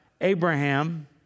Abraham